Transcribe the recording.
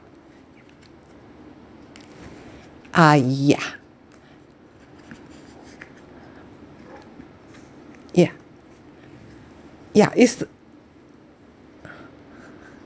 a'ah y~ yeah yeah yeah is